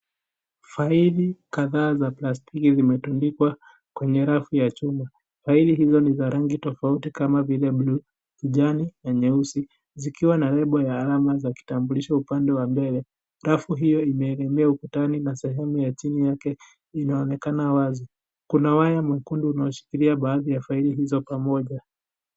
Faili kadha za plastiki zimetundikwa kwenye rafu ya chuma. Faili hizo ni za rangi tofauti kama vile bluu, kijani na nyeusi. Zikiwa na lebo ya alama za kitambulisho upande wa mbele. Rafu hiyo imeegemea ukutani na sehemu ya chini yake inaonekana wazi. Kuna waya mwekundu unaoshikilia baadhi ya faili hizo pamoja.